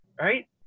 Right